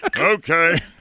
Okay